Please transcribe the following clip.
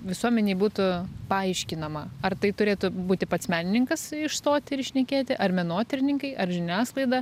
visuomenei būtų paaiškinama ar tai turėtų būti pats menininkas išstoti ir šnekėti ar menotyrininkai ar žiniasklaida